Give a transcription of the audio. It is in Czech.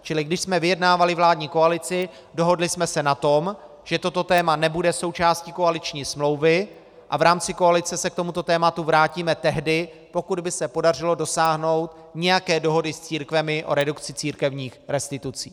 Čili když jsme vyjednávali vládní koalici, dohodli jsme se na tom, že toto téma nebude součástí koaliční smlouvy a v rámci koalice se k tomuto tématu vrátíme tehdy, pokud by se podařilo dosáhnout nějaké dohody s církvemi o redukci církevních restitucí.